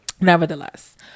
nevertheless